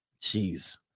Jeez